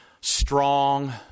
strong